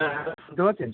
হ্যাঁ শুনতে পাচ্ছেন